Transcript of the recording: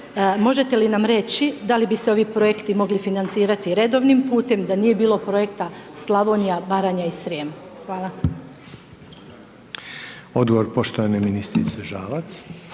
možete li nam reći da li bi se ovi projekti mogli financirati redovnim putem, da nije bilo projekta Slavonija Baranja i Srijem, hvala. **Reiner, Željko